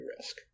risk